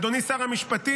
אדוני שר המשפטים,